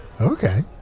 Okay